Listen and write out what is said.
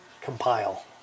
compile